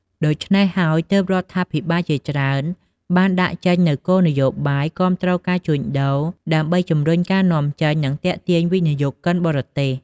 ដូច្នេះហើយទើប រដ្ឋាភិបាលជាច្រើនបានដាក់ចេញនៅគោលនយោបាយគាំទ្រការជួញដូរ ដើម្បីជំរុញការនាំចេញ និងទាក់ទាញវិនិយោគគិនបរទេស។